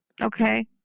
Okay